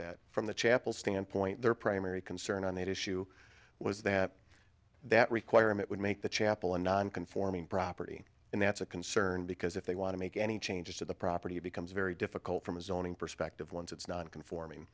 that from the chapel standpoint their primary concern on that issue was that that requirement would make the chapel and non conforming property and that's a concern because if they want to make any changes to the property it becomes very difficult from a zoning perspective once it's non conforming